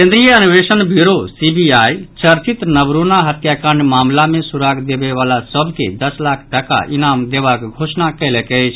केन्द्रीय अन्वेषण bureau CBI चर्चित नवरूणा हत्याकांड मामिला मे सुराग देबयवला सभ के दस लाख टाका इनाम देबाक घोषणा कयलक अछि